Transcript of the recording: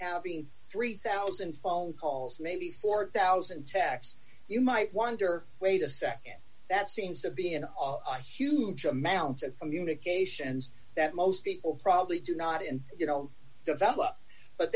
being three thousand phone calls maybe four thousand texts you might wonder wait a nd that seems to be an os huge amounts of communications that most people probably do not and you don't develop but